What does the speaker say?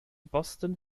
boston